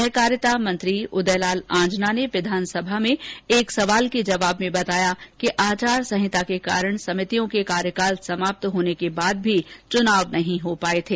सरकारिता मंत्री उदयलाल आंजना ने विधानसभा में एक सवाल के जबाव में बताया कि आचार संहिता के कारण समितियों के कार्यकाल समाप्त होने के बाद च्नाव नहीं हो पाए थे